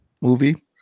movie